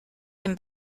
him